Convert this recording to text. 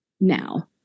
now